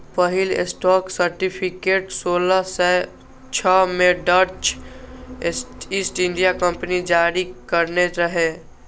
पहिल stock certificate सोलह सय छह मे डच ईस्ट इंडिया कंपनी जारी करने रहै